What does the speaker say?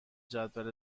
جدول